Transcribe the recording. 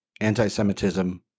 anti-Semitism